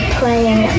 playing